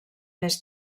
més